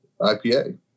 IPA